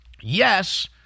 yes